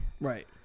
Right